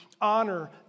honor